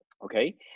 Okay